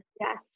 yes